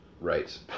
Right